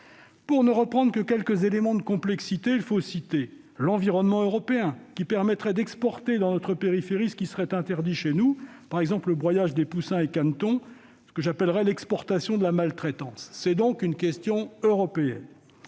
que quelques-uns de ces éléments de complexité. Le premier est l'environnement européen, qui permettrait d'exporter dans notre périphérie ce qui serait interdit chez nous, par exemple le broyage des poussins et canetons ; c'est ce que j'appellerais l'exportation de la maltraitance. C'est donc une question européenne.